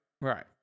right